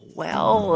well,